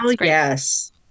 yes